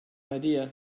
idea